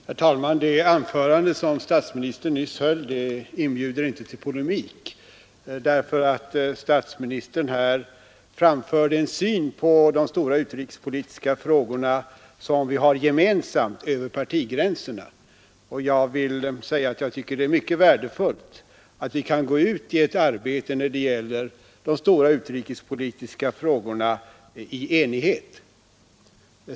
Herr talman! Det anförande som statsministern nyss höll inbjuder inte till polemik, därför att statsministern här framförde en syn på de stora utrikespolitiska frågorna som vi har gemensamt över partigränserna. Jag tycker det är mycket värdefullt att vi i enighet kan gå ut i ett arbete som gäller de stora utrikespolitiska frågorna.